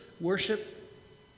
worship